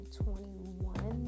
21